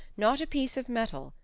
not a piece of metal,